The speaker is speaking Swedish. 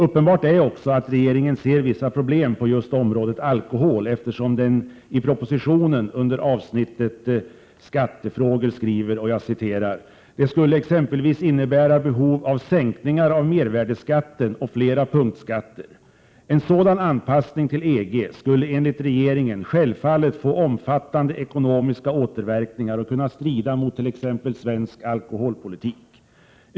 Uppenbart är också att regeringen ser vissa problem på just området alkohol, eftersom den i propositionen under avsnittet skattefrågor skriver: ”Det skulle exempelvis innebära behov av sänkningar av mervärdeskatten och flera punktskatter. En sådan anpassning till EG skulle självfallet få omfattande ekonomiska återverkningar och kunna strida t.ex. mot svensk alkoholpolitik.